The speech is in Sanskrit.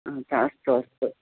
हा त अस्तु अस्तु